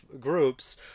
groups